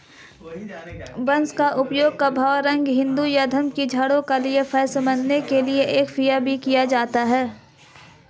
बांस का उपयोग भगवा रंग के हिंदू धार्मिक झंडों के लिए फ्लैगपोल बनाने के लिए भी किया जाता है